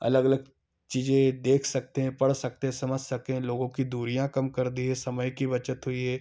अलग अलग चीजें देख सकते हैं पढ़ सकते हैं समझ सकें लोगों की दूरियाँ कम कर दी है समय की बचत हुई है